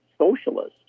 socialist